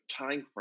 timeframe